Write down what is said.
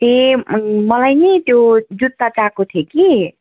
ए मलाई नि त्यो जुत्ता चाहिएको थियो कि